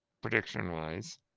prediction-wise